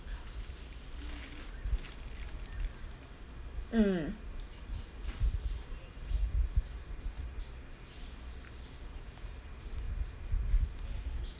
mm